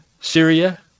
Syria